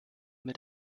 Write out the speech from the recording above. mit